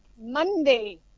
Monday